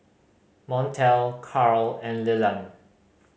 Montel Carl and Leland